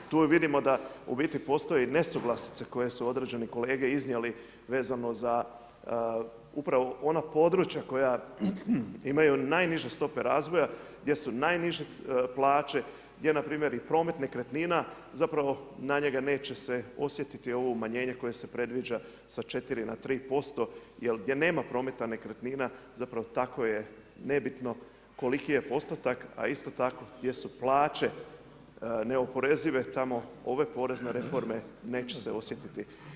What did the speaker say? Tu vidimo da u biti postoje nesuglasice, koje su određeni kolege iznijeli, vezano upravo za ona područja koja imaju najniže stope razvoja, gdje su najniže plaće, gdje npr. promet nekretnina, zapravo na njega neće se osjetiti ovo umanjenje koje se predviđa sa 4 na 3% gdje nema prometa nekretnina, zapravo tako je nebitno koliki je postotak, a isto tako gdje su plaće neoporezive, tamo ove porezne reforme neće se osjetiti.